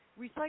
recycle